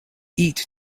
eat